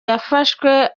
yafashwe